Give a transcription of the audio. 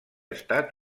estat